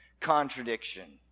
contradiction